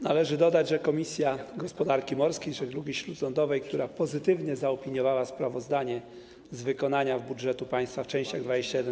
Należy dodać, że Komisja Gospodarki Morskiej i Żeglugi Śródlądowej, która pozytywnie zaopiniowała sprawozdanie z wykonania budżetu państwa w częściach 21: